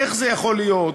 איך זה יכול להיות,